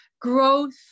growth